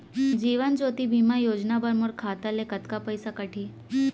जीवन ज्योति बीमा योजना बर मोर खाता ले कतका पइसा कटही?